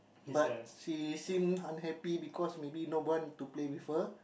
but she seem unhappy because maybe no one to play with her